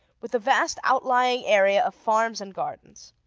with a vast outlying area of farms and gardens.